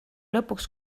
lõpuks